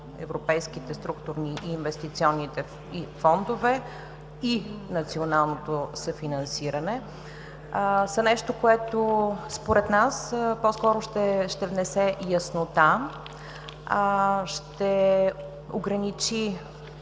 европейските структурни и инвестиционни фондове и националното съфинансиране са нещо, което според нас по-скоро ще внесе яснота, ще ограничи